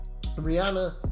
Rihanna